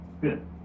Good